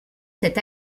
cet